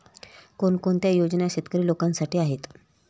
कोणकोणत्या योजना शेतकरी लोकांसाठी आहेत?